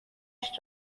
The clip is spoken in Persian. دشت